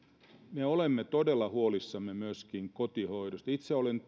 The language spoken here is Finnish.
me olemme todella huolissamme myöskin kotihoidosta itse olen